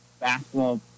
basketball